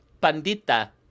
Pandita